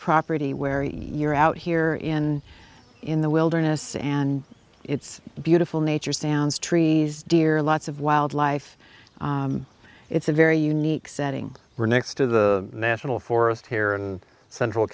property where you're out here in in the wilderness and it's beautiful nature sounds trees deer lots of wildlife it's a very unique setting next to the national forest here in central